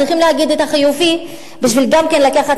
צריך להגיד את החיובי בשביל לקחת